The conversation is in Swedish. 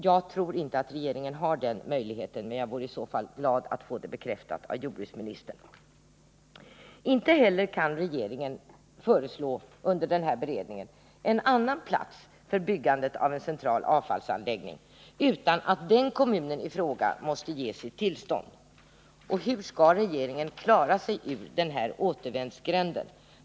Jag tror inte att regeringen har den möjligheten, men om så är fallet vore jag glad att få det bekräftat av jordbruksministern. Inte heller kan regeringen under den här beredningen föreslå en annan plats för byggande av en central avfallsanläggning utan att den ifrågavarande kommunen måste ge sitt tillstånd. Hur skall regeringen klara sig ur den återvändsgränden?